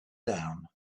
down